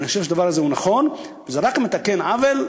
אני חושב שהדבר הזה נכון, והוא רק מתקן עוול.